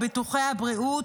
בביטוחי הבריאות,